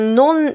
non